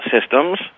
Systems